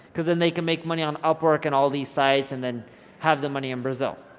cause then they can make money on upwork and all of these sites and then have the money in brazil.